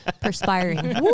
perspiring